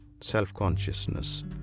self-consciousness